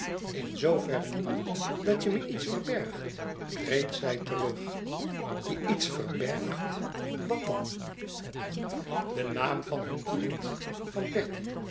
in zoo verre niet dat je me iets verbergt kreet zij terug je iets verbergt wat dan de naam van hun vriend van